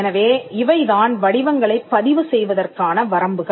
எனவே இவை தான் வடிவங்களைப் பதிவு செய்வதற்கான வரம்புகள்